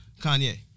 Kanye